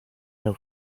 seu